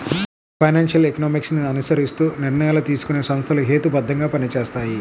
financial economics ని అనుసరిస్తూ నిర్ణయాలు తీసుకునే సంస్థలు హేతుబద్ధంగా పనిచేస్తాయి